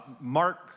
Mark